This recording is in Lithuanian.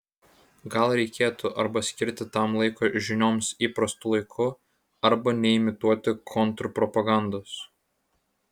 gal reikėtų arba skirti tam laiko žinioms įprastu laiku arba neimituoti kontrpropagandos